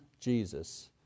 Jesus